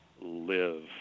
live